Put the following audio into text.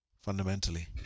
fundamentally